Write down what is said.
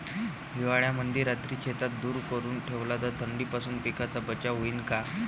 हिवाळ्यामंदी रात्री शेतात धुर करून ठेवला तर थंडीपासून पिकाचा बचाव होईन का?